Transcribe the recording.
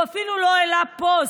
הוא אפילו לא העלה פוסט,